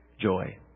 joy